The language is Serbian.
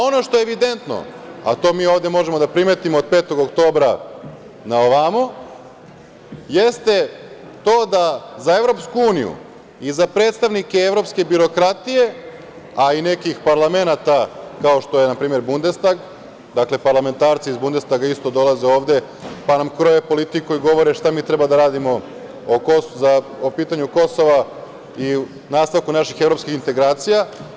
Ono što je evidentno, a to mi ovde možemo da primetimo od 5. oktobra na ovamo, jeste to da za EU i za predstavnike evropske birokratije, a i nekih parlamenata, kao što je npr. Bundestag, dakle, parlamentarci iz Bundestaga isto dolaze ovde, pa nam kroje politiku i govore šta mi treba da radimo po pitanju Kosova i nastavku naših evropskih integracija.